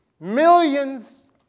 Millions